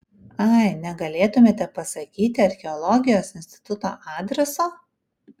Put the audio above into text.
ai negalėtumėte pasakyti archeologijos instituto adreso